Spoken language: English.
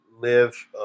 Live